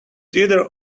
either